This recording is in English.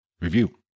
review